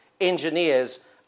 engineers